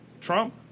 Trump